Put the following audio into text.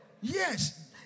Yes